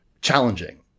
challenging